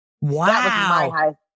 Wow